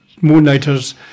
moonlighters